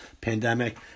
pandemic